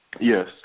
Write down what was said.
Yes